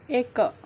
ଏକ